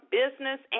business